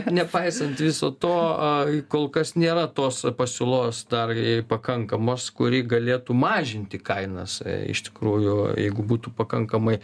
nepaisant viso to kol kas nėra tos pasiūlos dar pakankamos kuri galėtų mažinti kainas iš tikrųjų jeigu būtų pakankamai